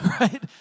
right